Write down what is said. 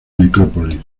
necrópolis